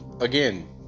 again